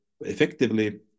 effectively